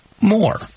more